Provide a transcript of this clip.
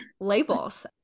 labels